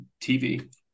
TV